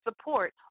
support